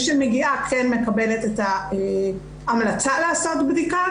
מי שמגיעה כן מקבלת את ההמלצה לעשות בדיקה.